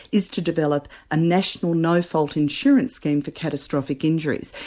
is to develop a national no fault insurance scheme for catastrophic injuries.